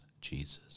Jesus